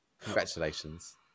congratulations